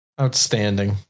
Outstanding